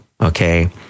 okay